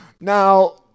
now